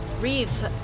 reads